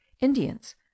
Indians